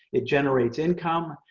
it generates income.